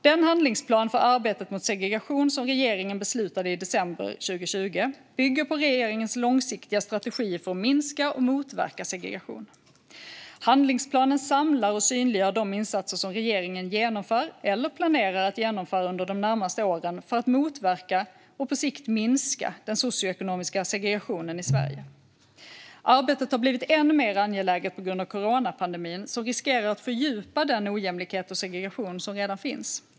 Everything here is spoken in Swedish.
Den handlingsplan för arbetet mot segregation som regeringen beslutade i december 2020 bygger på regeringens långsiktiga strategi för att minska och motverka segregation. Handlingsplanen samlar och synliggör de insatser som regeringen genomför eller planerar att genomföra under de närmaste åren för att motverka och på sikt minska den socioekonomiska segregationen i Sverige. Arbetet har blivit än mer angeläget på grund av coronapandemin, som riskerar att fördjupa den ojämlikhet och segregation som redan finns.